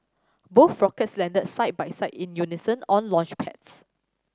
both rockets landed side by side in unison on launchpads